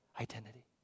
Identity